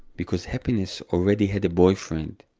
because happiness already had a boyfriend.